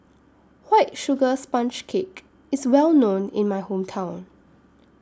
White Sugar Sponge Cake IS Well known in My Hometown